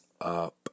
up